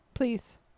Please